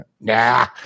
Nah